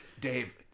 Dave